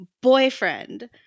boyfriend